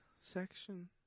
section